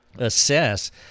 assess